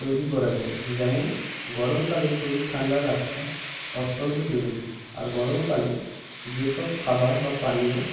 তৈরি করা যায় যেমন গরমকালে শরীর ঠান্ডা রাখা অত্যন্ত জরুরি আর গরমকালে যেসব খাবার বা পানীয়